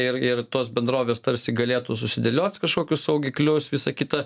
ir ir tos bendrovės tarsi galėtų susidėliot kažkokius saugiklius visa kita